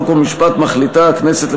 חוק ומשפט מחליטה הכנסת,